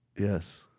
Yes